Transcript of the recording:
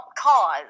cause